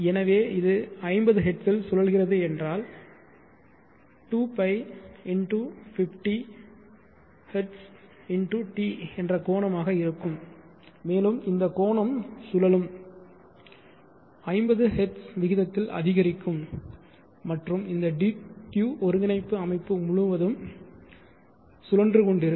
எனவே இது 50 ஹெர்ட்ஸில் சுழல்கிறது என்றால் 2π 50 ஹெர்ட்ஸ் x t என்ற கோணமாக இருக்கும் மேலும் இந்த கோணம் சுழலும் 50 ஹெர்ட்ஸ் விகிதத்தில் அதிகரிக்கும் மற்றும் இந்த d q ஒருங்கிணைப்பு அமைப்பு முழுவதும் சுழன்று கொண்டிருக்கும்